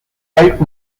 cult